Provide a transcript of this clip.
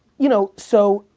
you know, so,